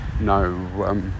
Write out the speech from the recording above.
no